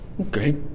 okay